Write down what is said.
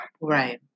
Right